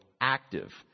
active